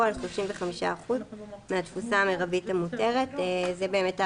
בכפוף לתקנה 3א1 ולהוראות המנהל,"; זאת אומרת,